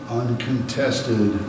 uncontested